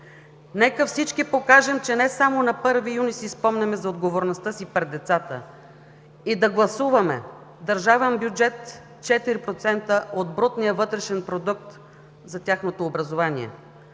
Нека всички покажем, че не само на 1 юни си спомняме за отговорността си пред децата и да гласуваме държавен бюджет 4% от брутния вътрешен продукт за тяхното образование,